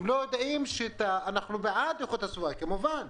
הם לא יודעים שאנחנו בעד איכות הסביבה, כמובן.